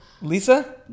Lisa